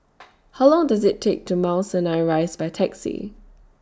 How Long Does IT Take to Mount Sinai Rise By Taxi